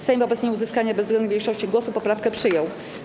Sejm wobec nieuzyskania bezwzględnej większości głosów poprawkę przyjął.